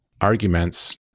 arguments